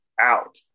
out